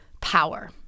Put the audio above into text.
power